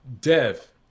Dev